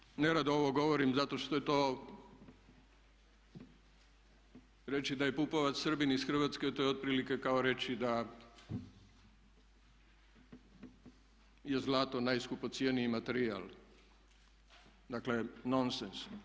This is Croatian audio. Znate za mene, nerado ovo govorim zato što je to reći da je Pupovac Srbin iz Hrvatske to je otprilike kao reći da je zlato najskupocjeniji materijal, dakle nonsens.